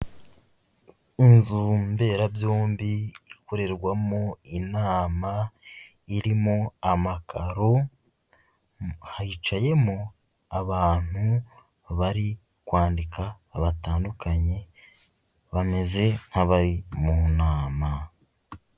Inzu mberabyombi ikorerwamo inama, irimo amakaro, hicayemo abantu bari kwandika batandukanye, bameze nk'abari mu nama.